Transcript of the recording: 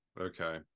Okay